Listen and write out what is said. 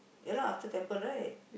yeah lah after temple right